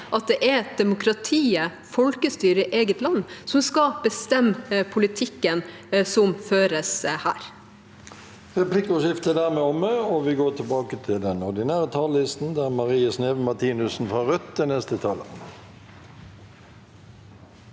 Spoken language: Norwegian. at det er demokratiet, folkestyret i eget land, som skal bestemme politikken som føres her.